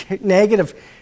negative